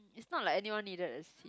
it's not like anyone needed a seat